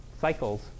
cycles